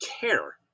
care